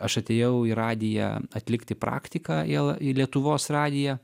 aš atėjau į radiją atlikti praktiką į l lietuvos radiją